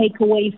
takeaway